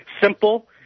simple